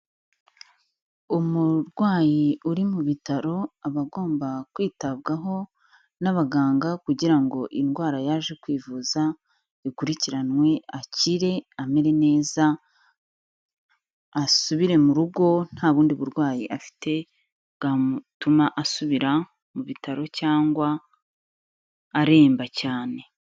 Umurwayi uri mu bitaro aba agomba kwitabwaho n'abaganga kugira ngo indwara yaje kwivuza ikurikiranwe akire amere neza, asubire mu rugo nta bundi burwayi afite bwatuma asubira mu bitaro cyangwa aremba cyane.